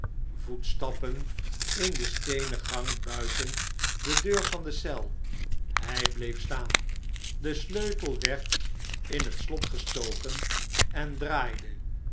voetstappen in den steenen gang buiten de deur van de eel hy bleef staan de sleutel werd in het slot gestoken en draaide